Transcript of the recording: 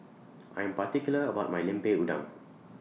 I Am particular about My Lemper Udang